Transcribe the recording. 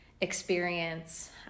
experience